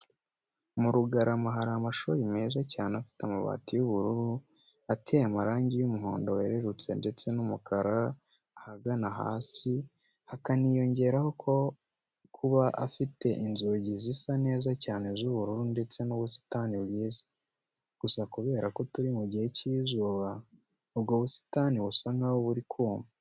Muri Rugarama hari amashuri meza cyane afite amabati y'ubururu, ateye amarangi y'umuhondo werurutse ndetse n'umukara ahagana hasi, hakaniyongeraho kuba afite inzugi zisa neza cyane z'ubururu ndetse n'ubusitani bwiza. Gusa kubera ko turi mu gihe cy'izuba ubwo busitani busa nkaho buri kuma.